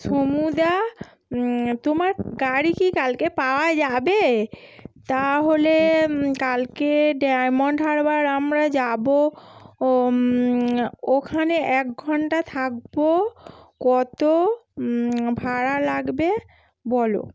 সমুদা তোমার গাড়ি কি কালকে পাওয়া যাবে তাহলে কালকে ডায়মন্ড হারবার আমরা যাব ও ওখানে এক ঘণ্টা থাকব কত ভাড়া লাগবে বল